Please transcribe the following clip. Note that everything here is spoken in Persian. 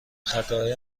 خطاهای